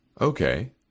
okay